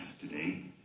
today